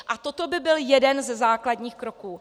A toto by byl jeden ze základních kroků.